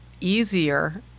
easier